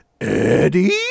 Eddie